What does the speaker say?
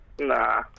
Nah